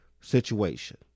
situation